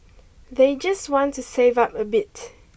they just want to save up a bit